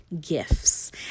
gifts